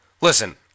Listen